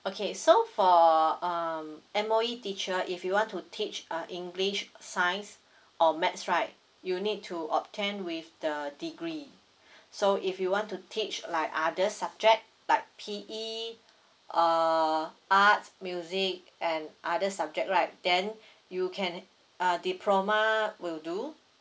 okay so for um M_O_E teacher if you want to teach uh english science or maths right you need to obtain with the degree so if you want to teach like other subject like P_E uh arts music and other subject right then you can a diploma will do